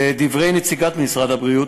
לדברי נציגת משרד הבריאות,